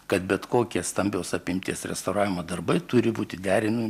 kad bet kokie stambios apimties restauravimo darbai turi būti derinami